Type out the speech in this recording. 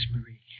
Marie